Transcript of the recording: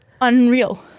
Unreal